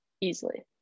easily